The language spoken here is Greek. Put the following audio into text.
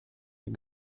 την